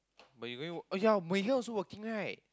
but you going oh ya Mui-Hui also working right